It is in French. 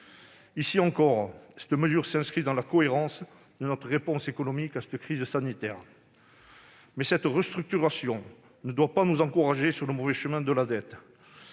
participe elle aussi à la cohérence de notre réponse économique à la crise sanitaire. Mais cette restructuration ne doit pas nous encourager sur le mauvais chemin de la dette.